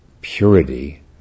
purity